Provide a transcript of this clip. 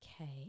Okay